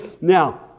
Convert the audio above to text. Now